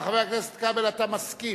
חבר הכנסת כבל, אתה מסכים?